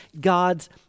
God's